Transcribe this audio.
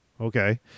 Okay